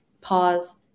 pause